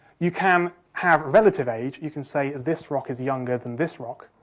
you can have relative age, you can say this rock is younger than this rock,